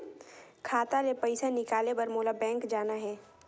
खाता ले पइसा निकाले बर मोला बैंक जाना हे?